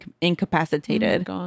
incapacitated